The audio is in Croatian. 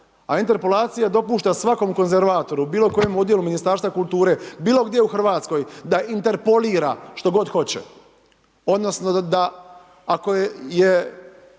A interpolacija dopušta svakom konzervatoru u bilo kojem odjelu Ministarstva kulture, bilo gdje u RH da interpolira što god hoće odnosno da ako ga